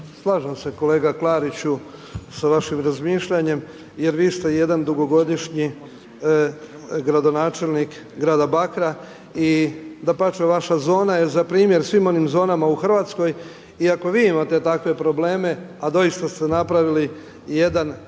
Slažem se kolega Klariću sa vašim razmišljanjem jer vi ste jedan dugogodišnji gradonačelnik grada Bakra. I dapače vaša zona je za primjer svim onim zonama u Hrvatskoj. I ako vi imate takve probleme a doista ste napravili jedan